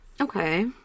Okay